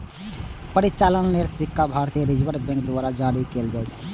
परिचालन लेल सिक्का भारतीय रिजर्व बैंक द्वारा जारी कैल जाइ छै